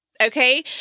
Okay